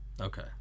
okay